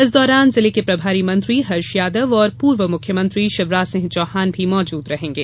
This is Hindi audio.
इस दौरान जिले के प्रभारी मंत्री हर्ष यादव और पूर्व मुख्यमंत्री शिवराज सिंह चौहान भी मौजुद रहेंगे